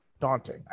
daunting